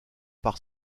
par